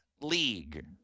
league